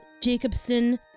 Jacobson